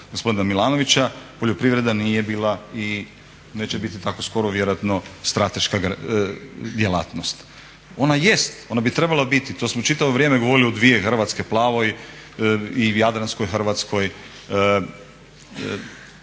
gospodina Milanovića poljoprivreda nije bila i neće biti tako skoro vjerojatno strateška djelatnost. Ona jest, ona bi trebala biti, to smo čitavo vrijeme govorili o dvije Hrvatske, plavoj i jadranskoj Hrvatskoj,